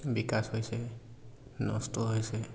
বিকাশ হৈছে নষ্ট হৈছে